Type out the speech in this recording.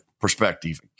perspective